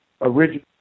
original